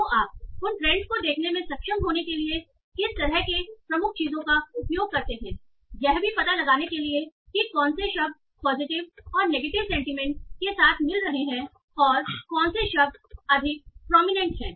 तो आप उन ट्रेंडस को देखने में सक्षम होने के लिए किस तरह के प्रमुख चीजों का उपयोग करते हैं यह भी पता लगाने के लिए कि कौन से शब्द पॉजिटिव और नेगेटिव सेंटीमेंट के साथ मिल रहे हैंऔर कौन से शब्द अधिक प्रॉमिनेंट हैं